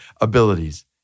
abilities